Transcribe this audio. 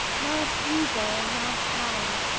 mount eagle and mount high